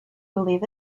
believe